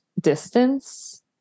distance